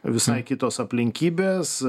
visai kitos aplinkybės